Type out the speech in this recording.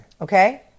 okay